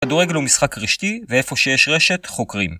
כדורגל הוא משחק רשתי ואיפה שיש רשת חוקרים